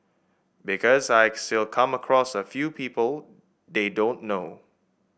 because I still come across a few people they don't know